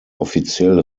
offiziell